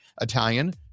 Italian